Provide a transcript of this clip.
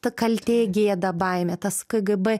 ta kaltė gėda baimė tas kgb